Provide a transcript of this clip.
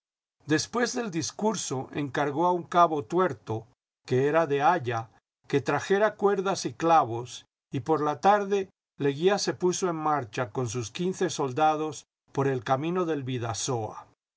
después del discurso encargó a un cabo tuerto que era de aya que trajera cuerdas y clavos y por la tarde leguía se puso en marcha con sus quince soldados por el camino del